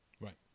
right